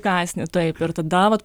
kąsnį taip ir tada vat